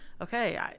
okay